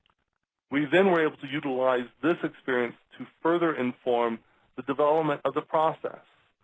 we then were able to utilize this experience to further inform the development of the process,